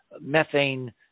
methane